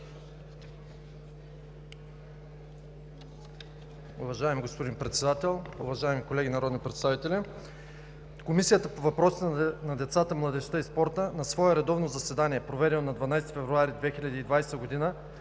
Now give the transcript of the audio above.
Уважаеми господин Председател, уважаеми колеги народни представители! „Комисията по въпросите на децата, младежта и спорта на свое редовно заседание, проведено на 12 февруари 2020 г.,